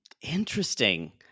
Interesting